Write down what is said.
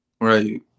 Right